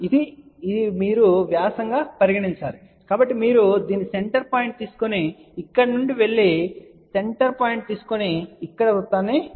ఇది మీరు వ్యాసం గా పరిగణించండి కాబట్టి మీరు దీని సెంటర్ పాయింట్ తీసుకొని ఇక్కడ నుండి వెళ్లి సెంటర్ పాయింట్ తీసుకొని ఇక్కడ వృత్తాన్ని గీయండి